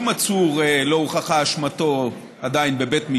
שום עצור לא הוכחה אשמתו עדיין בבית משפט,